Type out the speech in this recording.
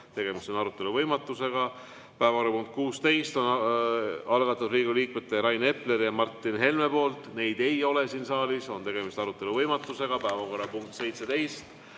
tegemist on arutelu võimatusega. Päevakorrapunkt nr 16 on algatatud Riigikogu liikmete Rain Epleri ja Martin Helme poolt. Neid ei ole siin saalis, tegemist on arutelu võimatusega. Päevakorrapunkt nr